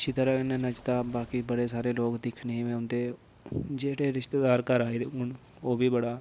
अच्छी तरह् न नचदा बाकी बड़े सारे लोक दिक्खने बी औंदे जेह्ड़े रिश्तेदार घर आए दे होन ओह् बी बड़ा